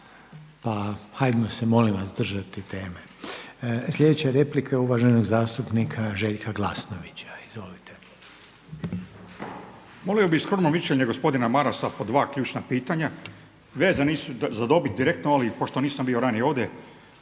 Pa hajdemo se, molim vas, držati teme. Sljedeća replika uvaženog zastupnika Željka Glasnovića. Izvolite. **Glasnović, Željko (Nezavisni)** Molio bih skromno mišljenje gospodina Marasa po dva ključna pitanja. Vezani su za dobit direktno, ali pošto nisam bio ranije ovdje.